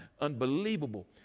unbelievable